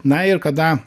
na ir kada